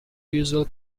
usual